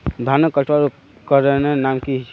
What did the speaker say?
धानेर कटवार उपकरनेर नाम की?